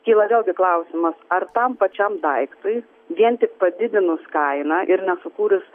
kyla vėlgi klausimas ar tam pačiam daiktui vien tik padidinus kainą ir nesukūrus